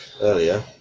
earlier